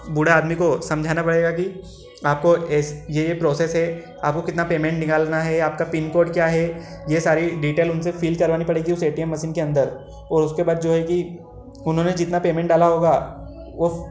बूढ़े आदमी को समझाना पड़ेगा कि आपको ऐस ये ये प्रोसेस है आपको कितना पेमेंट निकालना है आपका पिन कोड क्या है ये सारी डिटेल उनसे फिल करवानी पड़ेगी उस ए टी एम मशीन के अंदर और उसके बाद जो है कि उन्होंने जितना पेमेंट डाला होगा वो